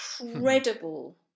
incredible